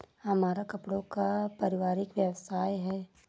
हमारा कपड़ों का पारिवारिक व्यवसाय है